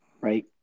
right